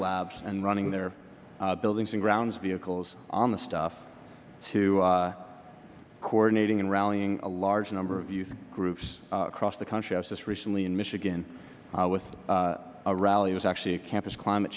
labs and running their buildings and grounds vehicles on the stuff to coordinating and rallying a large number of youth groups across the country i was just recently in michigan with a rally it was actually a campus climate